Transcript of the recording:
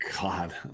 God